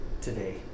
today